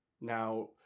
Now